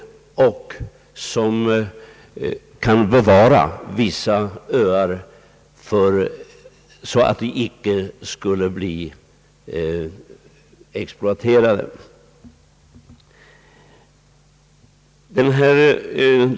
Stiftelsen skulle också kunna bevara vissa öar, så att de icke skulle bli exploaterade.